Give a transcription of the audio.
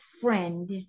friend